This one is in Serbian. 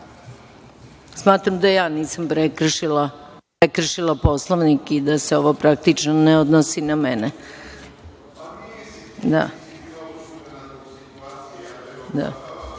Hvala. Smatram da ja nisam prekršila Poslovnik i da se ovo, praktično, ne odnosi na